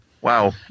Wow